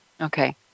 Okay